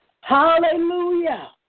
Hallelujah